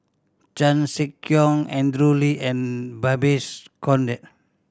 Chan Sek Keong Andrew Lee and Babes Conde